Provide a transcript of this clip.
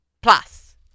plus